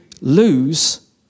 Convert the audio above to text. lose